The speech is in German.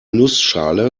nussschale